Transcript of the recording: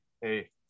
Hey